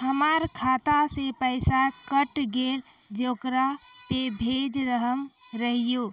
हमर खाता से पैसा कैट गेल जेकरा पे भेज रहल रहियै